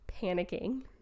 panicking